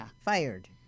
fired